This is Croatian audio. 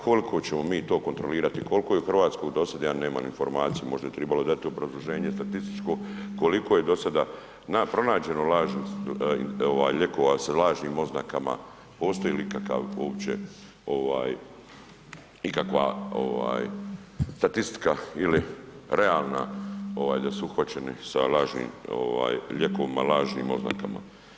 Koliko ćemo mi to kontrolirati i koliko je u Hrvatsku dosad, ja nemam informaciju, možda je tribalo dati obrazloženje statističko, koliko je dosada pronađeno lažnih ovaj lijekova sa lažnim oznakama, postoji li ikakav uopće ovaj ikakva ovaj statistička ili realna ovaj da su uhvaćeni sa lažnim ovaj lijekovima lažnim oznakama.